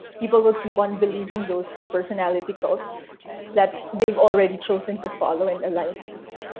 people will keep on believing those personality cults that they've already chosen to follow and align with.